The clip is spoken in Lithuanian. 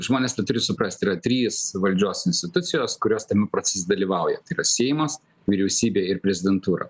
žmonės tą turi suprasti yra trys valdžios institucijos kurios tame procese dalyvauja tai yra seimas vyriausybė ir prezidentūra